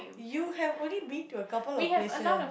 you have only been to a couple of places